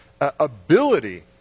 ability